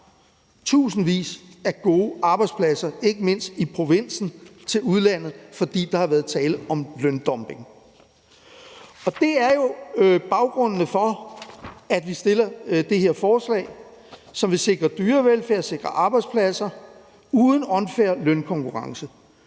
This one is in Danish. tusindvis af gode arbejdspladser, ikke mindst i provinsen, til udlandet, fordi der har været tale om løndumping. Det er jo baggrunden for, at vi har fremsat det her forslag, som vil sikre dyrevelfærd og sikre arbejdspladser uden unfair lønkonkurrence.